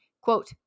quote